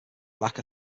lacquer